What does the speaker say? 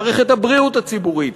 מערכת הבריאות הציבורית,